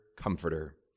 Comforter